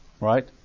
right